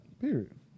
Period